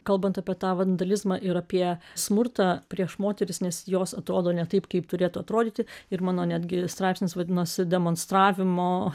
kalbant apie tą vandalizmą ir apie smurtą prieš moteris nes jos atrodo ne taip kaip turėtų atrodyti ir mano netgi straipsnis vadinosi demonstravimo